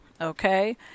okay